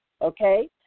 Okay